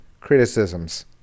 criticisms